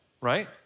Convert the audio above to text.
right